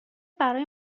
برای